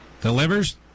Delivers